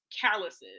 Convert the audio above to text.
calluses